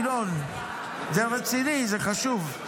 ינון, זה רציני, זה חשוב.